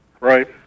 Right